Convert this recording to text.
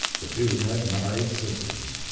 the two had married sisters.